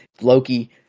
Loki